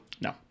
No